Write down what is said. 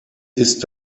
ist